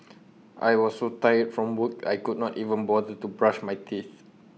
I was so tired from work I could not even bother to brush my teeth